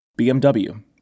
BMW